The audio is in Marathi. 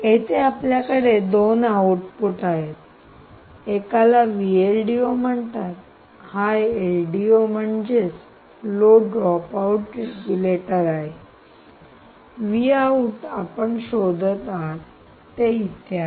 येथे आपल्याकडे दोन आउटपुट आहेत एकाला म्हणतात हा एलडीओ म्हणजे लो ड्रॉपआउट रेग्युलेटर आहे आपण शोधत आहात ते आहे